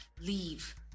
leave